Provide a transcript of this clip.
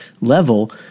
level